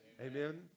Amen